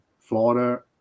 Florida